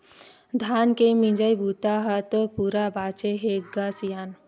धान के मिजई बूता ह तो पूरा बाचे हे ग सियान